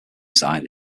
side